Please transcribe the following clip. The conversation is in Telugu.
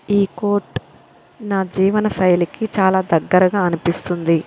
ఈ కోట్ నా జీవన శైలికి చాలా దగ్గరగా అనిపిస్తుంది